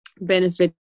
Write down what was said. benefit